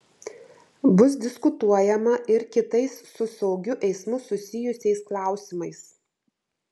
bus diskutuojama ir kitais su saugiu eismu susijusiais klausimais